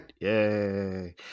Yay